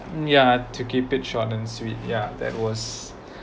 ya to keep it short and sweet ya that was